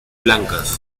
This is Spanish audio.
blancas